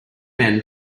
men